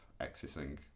accessing